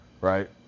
right